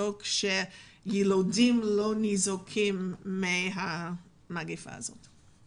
לבדוק שיילודים לא ניזוקים מהמגפה הזו.